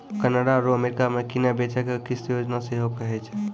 Canada आरु America मे किनै बेचै के किस्त योजना सेहो कहै छै